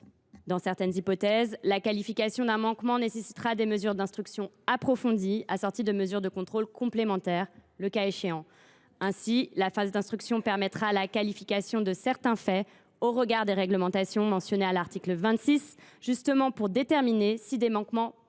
Dans certaines hypothèses, la qualification d’un manquement nécessitera des mesures d’instruction approfondies assorties de mesures de contrôle complémentaires, le cas échéant. Ainsi, la phase d’instruction permettra la qualification de certains faits au regard des réglementations mentionnées à l’article 26, justement pour déterminer si des manquements peuvent être